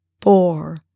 four